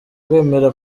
kwemera